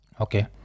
Okay